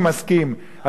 אני רק רוצה לומר,